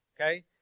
okay